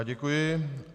Děkuji.